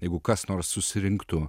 jeigu kas nors susirinktų